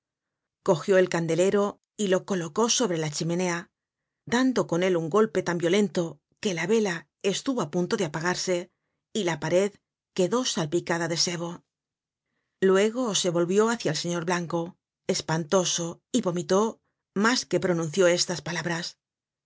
cogió el candelero y lo colocó sobre la chimenea dando con él un golpe tan violento que la vela estuvo á punto de apagarse y la pared quedó salpicada de sebo luego se volvió hácia el señor blanco espantoso y vomitó mas que pronunció estas palabras